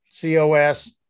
COS